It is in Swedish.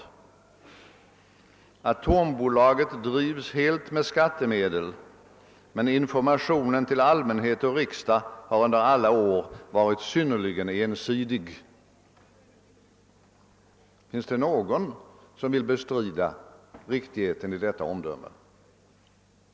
Atombolaget drivs helt med skattemedel, men informationen till allmänhet och riksdag har under alla år varit synnerligen: ensidig.» Finns det någon som vill bestrida riktigheten i detta omdöme?